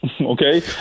okay